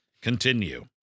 continue